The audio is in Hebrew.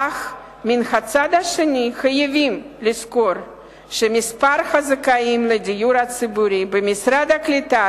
אך מן הצד השני חייבים לזכור שמספר הזכאים לדיור הציבורי במשרד הקליטה,